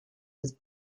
with